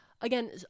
Again